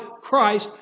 Christ